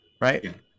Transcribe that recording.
right